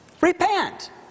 Repent